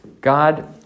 God